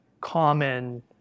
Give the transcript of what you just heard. common